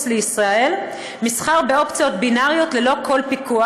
לישראל מסחר באופציות בינאריות ללא כל פיקוח,